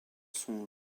sont